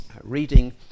reading